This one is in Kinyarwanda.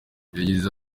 yagize